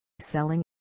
selling